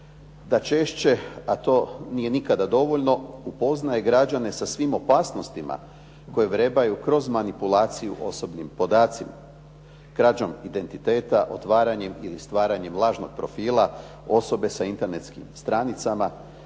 da češće a to nikada nije dovoljno, upoznaje građane sa svim opasnostima koje vrebaju kroz manipulaciju osobnim podacima, krađom identiteta, otvaranjem ili stvaranjem lažnog profila, osobe sa internetskim stranicama.